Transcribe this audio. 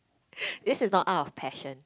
this is not out of passion